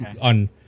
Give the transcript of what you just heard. on